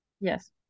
Yes